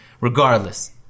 regardless